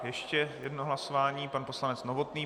Ještě jedno hlasování, pan poslanec Novotný.